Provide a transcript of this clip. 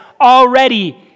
Already